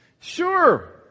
Sure